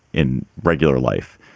in regular life.